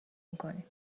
میکنیم